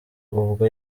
ubwo